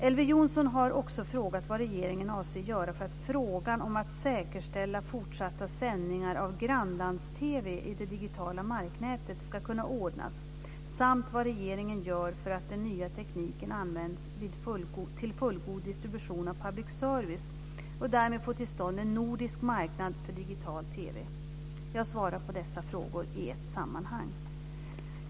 Elver Jonsson har också frågat vad regeringen avser att göra för att frågan om att säkerställa fortsatta sändningar av grannlands-TV i det digitala marknätet ska kunna ordnas samt vad regeringen gör för att den nya tekniken används till fullgod distribution av public service och därmed få till stånd en nordisk marknad för digital TV. Jag svarar på dessa frågor i ett sammanhang.